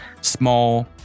small